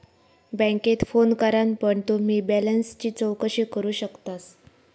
बॅन्केत फोन करान पण तुम्ही बॅलेंसची चौकशी करू शकतास